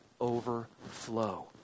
overflow